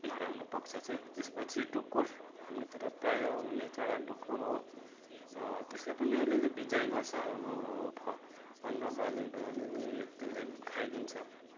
नराम्रो पक्ष चाहिँ त्यसपछि ढुकुर हाम्रोतिर प्रायः हुने चरा ढुकुर हो त्यसले पनि अलिअलि बिझ्याइँ गर्छ अब फ्वा अन्नबालीहरू अलिअलि त्यसले पनि खाइदिन्छ